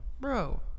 Bro